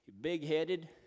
big-headed